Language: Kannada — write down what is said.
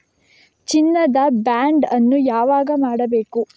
ಚಿನ್ನ ದ ಬಾಂಡ್ ಅನ್ನು ಯಾವಾಗ ಮಾಡಬೇಕು?